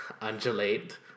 undulate